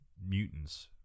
mutants